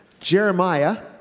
Jeremiah